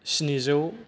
स्निजौ